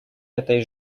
этой